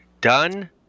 done